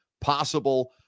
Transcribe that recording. possible